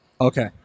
Okay